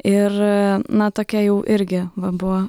ir na tokia jau irgi va buvo